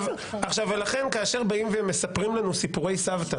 לכן כאשר באים ומספרים לנו סיפורי סבתא,